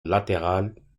latéral